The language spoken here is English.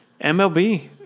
MLB